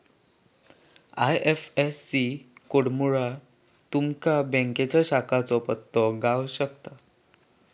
IFSC कोडमुळा तुमका बँकेच्या शाखेचो पत्तो गाव शकता